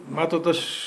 matot aš